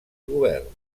govern